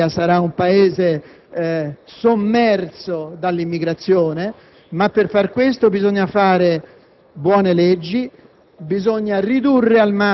Quindi ringrazio tutti gli intervenuti. Credo che questo sia un buon provvedimento, che viene al momento opportuno.